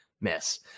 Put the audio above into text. miss